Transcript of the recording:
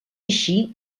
així